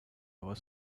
was